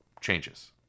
changes